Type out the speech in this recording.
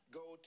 go